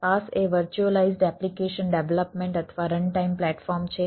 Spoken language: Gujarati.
PaaS એ વર્ચ્યુઅલાઈઝ્ડ એપ્લિકેશન ડેવલપમેન્ટ પ્લેટફોર્મ છે